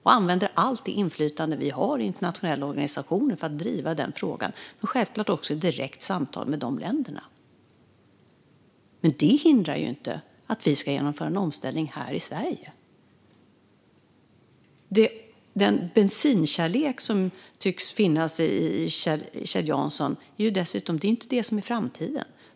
Vi använder allt det inflytande vi har i internationella organisationer för att driva den frågan. Det gör vi självklart också i direkta samtal med de länderna. Men det hindrar inte att vi ska genomföra en omställning här i Sverige. Det tycks finnas en bensinkärlek hos Kjell Jansson. Detta är inte framtiden.